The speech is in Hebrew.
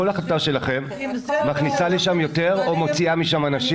כל החלטה שלכם מכניסה לשם יותר או מוציאה משם אנשים.